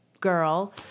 girl